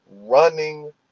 running